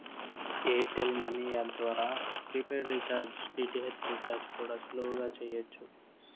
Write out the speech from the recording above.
air tell money app ద్వారా prepaid recharge, DTH recharge కూడా సులువుగా చెయ్యచ్చు